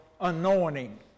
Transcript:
anointing